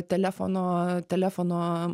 telefono telefono